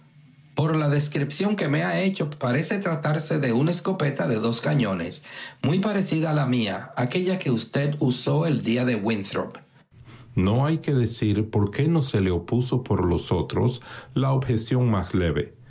por la descripción que me ha hecho parece tratarse de una escopeta de dos cañones muy parecida a la mía aquélla que usted usó el día de winthrop no hay para qué decir que no se le opuso por los otros la objeción más leve